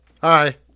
hi